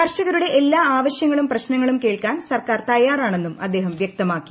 കർഷകരുടെ എല്ലാ ആവശ്യങ്ങളും പ്രശ്നങ്ങളും കേൾക്കാൻ സർക്കാർ തയ്യാറാണെന്നും അദ്ദേഹം വ്യക്തമാക്കി